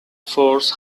force